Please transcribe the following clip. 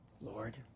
Lord